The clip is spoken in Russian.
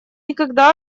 никогда